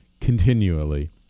continually